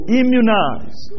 immunize